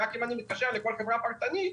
רק אם אני מתקשר לכל חברה באופן פרטני.